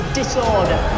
disorder